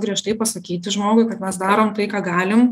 griežtai pasakyti žmogui kad mes darom tai ką galim